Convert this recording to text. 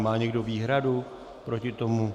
Má někdo výhradu proti tomu?